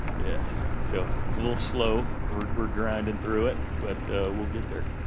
yes so it's a little slow we're we're grinding through it but we'll get there